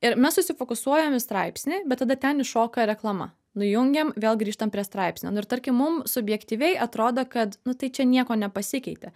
ir mes susifokusuojam į straipsnį bet tada ten iššoka reklama nujungiam vėl grįžtam prie straipsnio nu ir tarkim mum subjektyviai atrodo kad nu tai čia nieko nepasikeitė